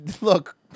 look